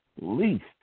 Least